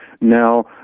now